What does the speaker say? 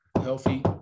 healthy